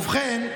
ובכן,